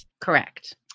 Correct